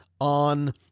on